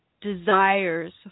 desires